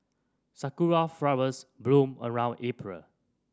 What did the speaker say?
sakura flowers bloom around April